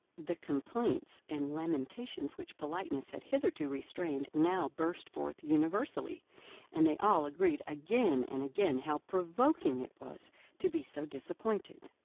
the complaints and lamentations which politeness had hitherto restrained, now burst forth universally and they all agreed again and again how provoking it was to be so disappointed.